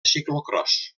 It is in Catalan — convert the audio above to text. ciclocròs